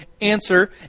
answer